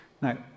Now